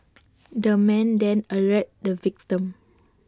the man then alerted the victim